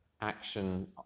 action